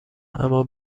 اما